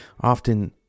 Often